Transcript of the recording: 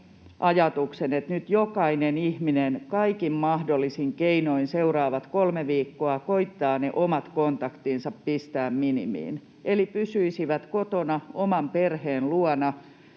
ajatuksen, että nyt jokainen ihminen kaikin mahdollisin keinoin seuraavat kolme viikkoa koettaa ne omat kontaktinsa pistää minimiin eli pysyisi kotona oman perheen luona